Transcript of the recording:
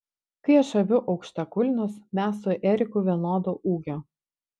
kai aš aviu aukštakulnius mes su eriku vienodo ūgio